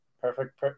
Perfect